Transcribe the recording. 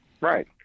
right